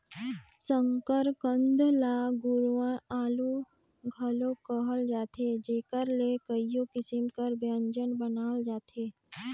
सकरकंद ल गुरूवां आलू घलो कहल जाथे जेकर ले कइयो किसिम कर ब्यंजन बनाल जाथे